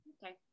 Okay